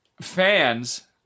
fans